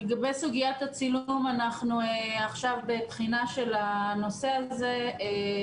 לגבי סוגיית הצילום אנחנו עכשיו בבחינה של הנושא הזה.